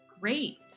Great